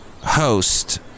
host